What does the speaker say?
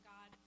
God